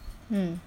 mm